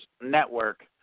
Network